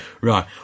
Right